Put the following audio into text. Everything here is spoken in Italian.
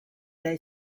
dai